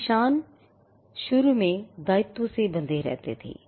निशान शुरू में दायित्व से बंधे रहते थे